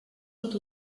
pot